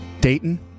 Dayton